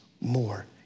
more